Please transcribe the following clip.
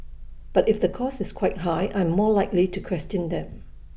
but if the cost is quite high I am more likely to question them